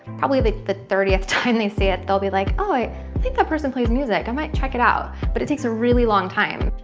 probably the thirtieth time they see it they'll be like, oh i think that person plays music, i might check it out. but it takes a really long time.